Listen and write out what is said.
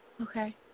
Okay